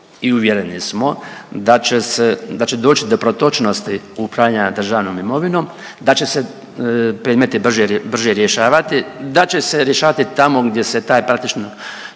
i uvjereni smo da će se, da će doći do protočnosti upravljanja državnom imovinom, da će se predmeti brže rješavati, da će se rješavati tamo gdje se taj, praktično